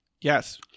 Yes